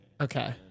Okay